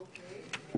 אוקיי.